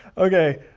okay,